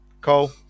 Cole